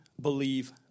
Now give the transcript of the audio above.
believe